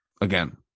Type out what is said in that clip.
Again